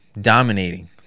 Dominating